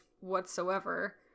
whatsoever